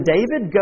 David